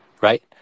right